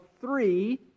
three